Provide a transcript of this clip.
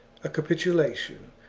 a capitulation,